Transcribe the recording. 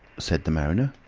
said the mariner.